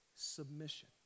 submission